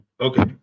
Okay